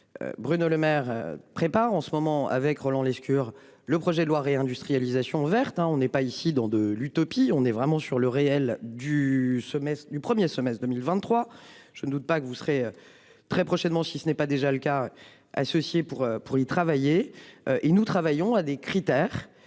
Bruno Lemaire prépare en ce moment avec Roland Lescure. Le projet de loi réindustrialisation verte hein on n'est pas ici dans, de l'utopie. On est vraiment sur le réel du semestre du 1er semestre 2023. Je ne doute pas que vous serez. Très prochainement, si ce n'est pas déjà le cas. Ceci pour pour y travailler et nous travaillons à des critères,